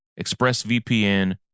ExpressVPN